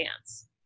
dance